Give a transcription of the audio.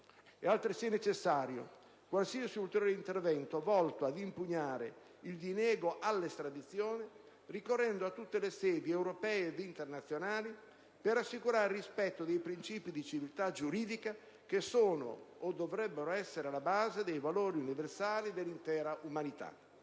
altresì necessario qualsiasi ulteriore intervento volto ad impugnare il diniego all'estradizione, ricorrendo a tutte le sedi europee ed internazionali, per assicurare il rispetto dei princìpi di civiltà giuridica che sono, o dovrebbero essere, alla base dei valori universali dell'intera umanità.